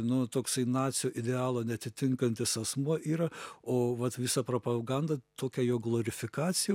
nu toksai nacių idealo neatitinkantis asmuo yra o vat visa propaganda tokia jo glorifikacija